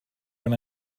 when